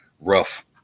rough